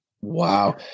Wow